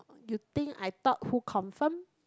you think I thought who confirm